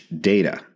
data